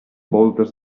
voltes